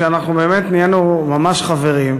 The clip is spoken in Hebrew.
כשנהיינו ממש חברים,